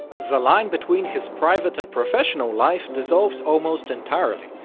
the line between his private and professional life dissolved almost entirely,